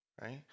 right